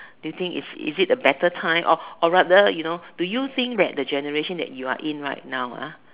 do you think it's is it a better time or or rather you know do you think that the generation that you are in right now ah